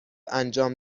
انجام